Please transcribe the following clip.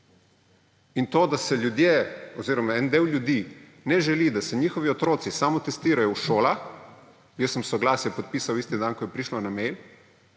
In to, da si ljudje oziroma en del ljudi ne želi, da se njihovi otroci samotestirajo v šolah − jaz sem soglasje podpisal isti dan, ko je prišlo na mail